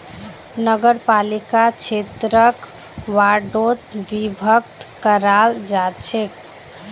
नगरपालिका क्षेत्रक वार्डोत विभक्त कराल जा छेक